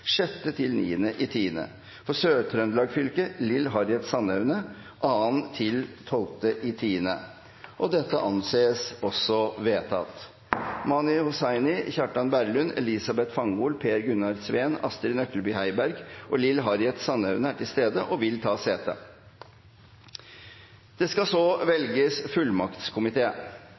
For Sør-Trøndelag fylke: Lill Harriet Sandaune 2.–12. oktober. – Det anses vedtatt. Mani Hussaini, Kjartan Berland, Elisabeth Fanghol, Per-Gunnar Sveen, Astrid Nøklebye Heiberg og Lill Harriet Sandaune er til stede og vil ta sete. Det skal så velges